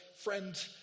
friend